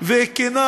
כנה